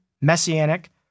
messianic